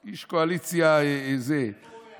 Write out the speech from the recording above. איש קואליציה, איפה הוא היה אז?